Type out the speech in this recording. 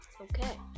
Okay